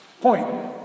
point